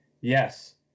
Yes